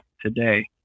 Today